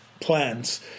plans